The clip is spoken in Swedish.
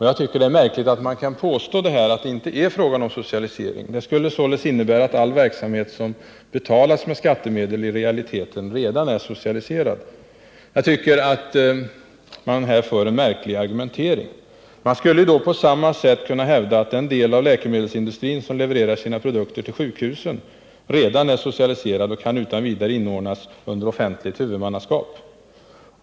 Jag tycker det är märkligt att man kan påstå att det inte är fråga om socialisering. Det påståendet innebär att all verksamhet som betalas med skattemedel i realiteten redan är socialiserad. Det är en märklig argumentering. Man skulle på samma sätt kunna hävda att den del av läkemedelsindustrin som levererar sina produkter till sjukhusen redan är socialiserad och utan vidare kan inordnas under offentligt huvudmannaskap.